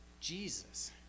Jesus